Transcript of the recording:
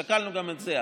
שקלנו גם את זה,